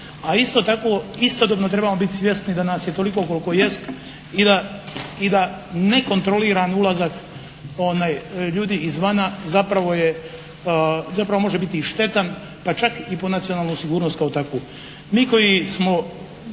a isto tako istodobno trebamo biti svjesni da nas je toliko koliko jest i da nekontroliran ulazak ljudi izvana zapravo može biti i štetan, pa čak i po nacionalnu sigurnost kao takvu.